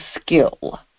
skill